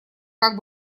как